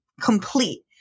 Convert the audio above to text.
complete